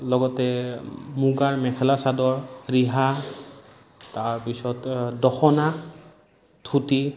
লগতে মূগাৰ মেখেলা চাদৰ ৰিহা তাৰপিছত দখনা ধুতি